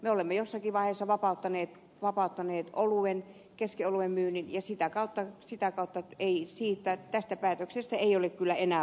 me olemme jossakin vaiheessa vapauttaneet keskioluen myynnin ja sitä kautta sitä kautta ei esitä tästä päätöksestä ei ole kyllä enää paluuta